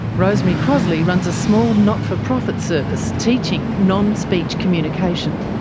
rosemary crossley runs a small not-for-profit service teaching non-speech communication.